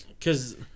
cause